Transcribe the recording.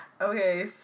Okay